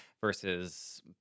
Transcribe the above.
versus